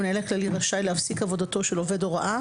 המנהל הכללי רשאי להפסיק עבודתו של עובד הוראה